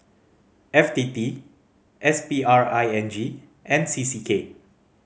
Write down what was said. F T T S P R I N G and C C K